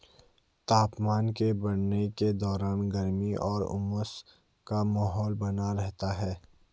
तापमान के बढ़ने के दौरान गर्मी और उमस का माहौल बना रहता है